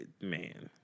man